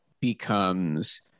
becomes